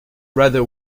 rather